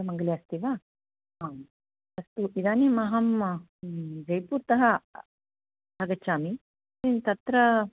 मङ्गले अस्ति वा आम् अस्तु इदानीम् अहं जयपुरतः आगच्छामि तत्र